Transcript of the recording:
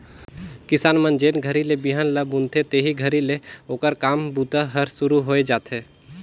किसान मन जेन घरी ले बिहन ल बुनथे तेही घरी ले ओकर काम बूता हर सुरू होए जाथे